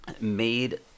Made